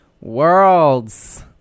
worlds